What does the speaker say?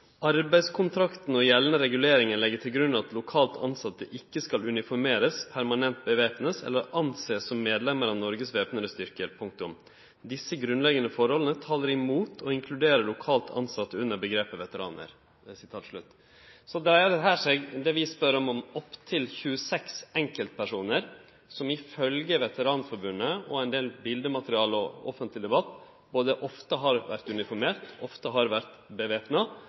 «Arbeidskontrakten og gjeldende reguleringer legger til grunn at lokalt ansatte ikke skal uniformeres, permanent bevæpnes, eller anses som medlemmer av Norges væpnede styrker. Disse grunnleggende forholdene taler imot å inkludere lokalt ansatte under begrepet veteraner.» Det vi spør om her, dreier seg om opptil 26 enkeltpersonar som ifølgje Veteranforbundet, ein del bildemateriale og offentleg debatt ofte har vore uniformerte, ofte har